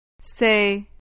Say